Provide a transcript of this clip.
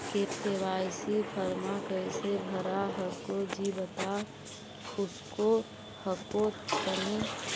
KYC फॉर्मा कैसे भरा हको जी बता उसको हको तानी?